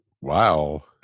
wow